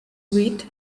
wit